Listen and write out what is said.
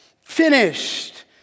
Finished